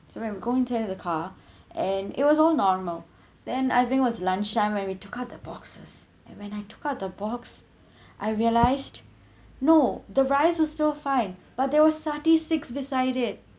so when we go inside the car and it was all normal then I think was lunchtime when we took out the boxes and when I took out the box I realised no the rice was still fine but there was satay sticks beside it